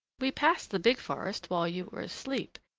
we passed the big forest while you were asleep,